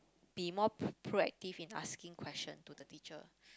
be more pr~ proactive in asking question to the teacher